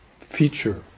feature